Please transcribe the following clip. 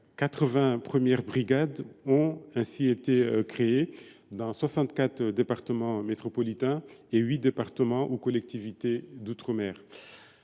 80 premières brigades ont été créées dans 64 départements métropolitains et 8 départements ou collectivités d’outre mer.